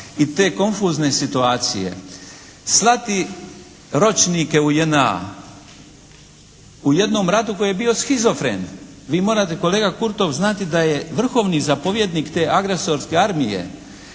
i te konfuzne situacije slati ročnike u JNA u jednom ratu koji je bio shizofren. Vi morate kolega Kurtov znati da je vrhovni zapovjednik te agresorske armije